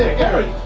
ah gary.